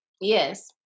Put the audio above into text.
yes